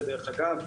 ודרך אגב,